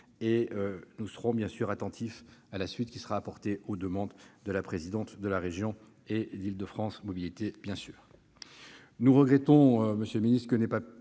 Nous serons bien sûr attentifs à la suite qui sera apportée aux demandes de la présidente de la région et d'Île-de-France Mobilités.